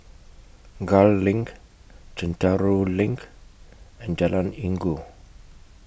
Gul LINK Chencharu LINK and Jalan Inggu